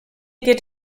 geht